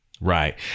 Right